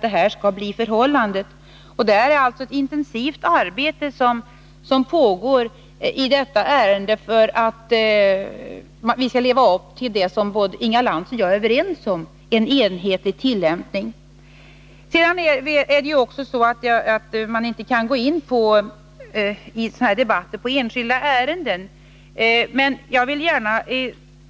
Det är alltså ett intensivt arbete som pågår i detta ärende för att vi skall leva upp till det som Inga Lantz och jag är överens om: en enhetlig tillämpning. Man kan inte i sådana här debatter gå in på enskilda ärenden, men jag vill gärna